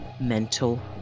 Mental